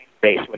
base